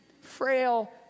frail